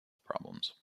problems